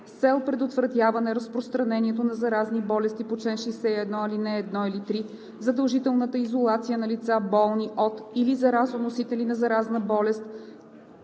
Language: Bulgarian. цел предотвратяване разпространението на заразни болести по чл. 61, ал. 1 или 3 задължителната изолация на лица, болни от или заразоносители на заразна болест